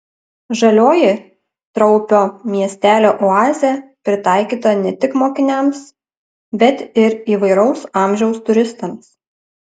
žalioji traupio miestelio oazė pritaikyta ne tik mokiniams bet ir įvairaus amžiaus turistams